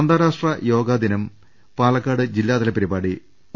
അന്താരാഷ്ട്ര യോഗദിനം പാലക്കാട് ജില്ലാതല പരിപാടി ഒ